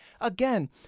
again